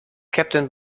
captain